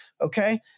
Okay